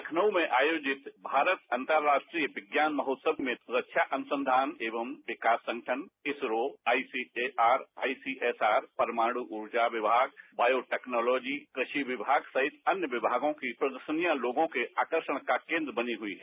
लखनऊ में आयोजित भारत अंतर्राष्ट्रीय विज्ञान महोत्सव में रक्षा अनुसंघान एवं विकास संगठन इसरो आईसीएआर आईसीएसआर परमाणु ऊर्जा विभाग बॉयो टैक्नोलॉजी कृषि विभाग सहित अन्य विभागों की प्रदर्शनिया लोगा के आकर्षण का केंद्र बनी हुई हैं